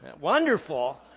Wonderful